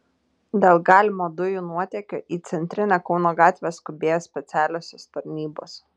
dėl galimo dujų nuotėkio į centrinę kauno gatvę skubėjo specialiosios tarnybos